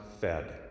fed